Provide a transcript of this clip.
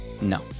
No